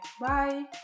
Bye